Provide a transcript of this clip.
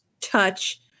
touch